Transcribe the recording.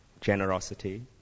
generosity